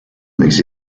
makes